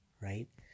right